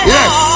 Yes